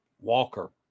Walker